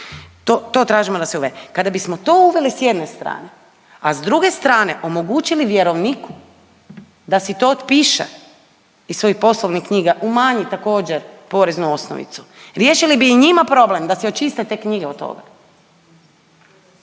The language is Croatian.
to tražimo da se uvede. Kada bismo to uveli, s jedne strane, a s druge strane omogućili vjerovniku da si to otpiše iz svojih poslovnih knjiga, umanji također, poreznu osnovicu, riješili bi i njima problem da si očiste te knjige od toga.